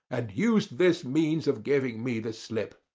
and used this means of giving me the slip.